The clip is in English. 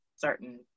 certain